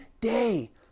day